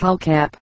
cap